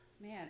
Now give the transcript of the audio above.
Man